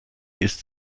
ist